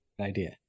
idea